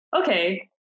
okay